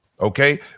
okay